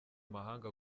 mahanga